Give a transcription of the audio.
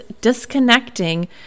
disconnecting